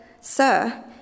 sir